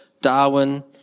Darwin